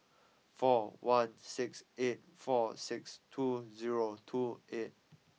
four one six eight four six two zero two eight